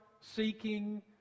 seeking